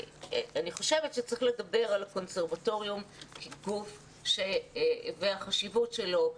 אני חושבת שצריך לדבר על הקונסרבטוריון כגוף ועל החשיבות שלו לילדים,